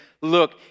look